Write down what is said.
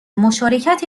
مشارکت